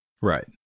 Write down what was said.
Right